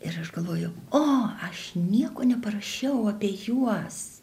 ir aš galvoju o aš nieko neparašiau apie juos